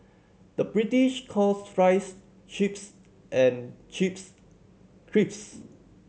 the British calls fries chips and chips